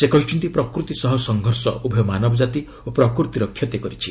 ସେ କହିଛନ୍ତି ପ୍ରକୃତି ସହ ସଂଘର୍ଷ ଉଭୟ ମାନବଜାତି ଓ ପ୍ରକୃତିର କ୍ଷତି କରିଛି